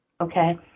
Okay